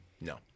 No